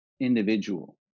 individual